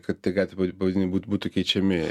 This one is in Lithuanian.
kad tie gatvių pavadinimai būtų keičiami